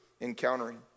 encountering